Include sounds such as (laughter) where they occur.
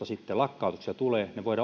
(unintelligible) sitten lakkautuksia tulee voidaan